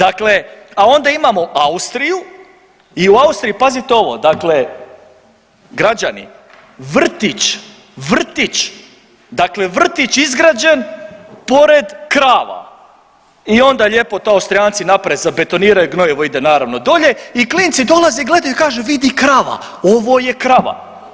A onda imamo Austriju i u Austriji, pazite ovo, dakle građani vrtić, vrtić dakle vrtić izgrađen pored krava i onda lijepo to Austrijanci naprave zabetoniraju gnojivo ide naravno dolje i klinci dolaze i gledaju kaže vidi krava, ovo je krava.